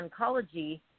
oncology